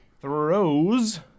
throws